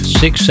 six